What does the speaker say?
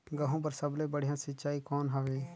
गहूं बर सबले बढ़िया सिंचाई कौन हवय?